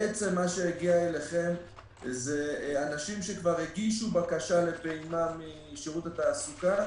בעצם מה שהגיע אליכם זה אנשים שכבר הגישו בקשה לפעימה משירות התעסוקה,